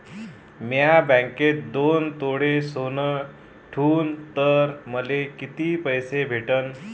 म्या बँकेत दोन तोळे सोनं ठुलं तर मले किती पैसे भेटन